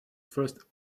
first